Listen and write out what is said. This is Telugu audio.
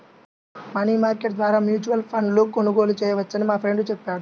మనీ మార్కెట్ ద్వారా మ్యూచువల్ ఫండ్ను కొనుగోలు చేయవచ్చని మా ఫ్రెండు చెప్పాడు